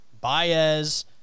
Baez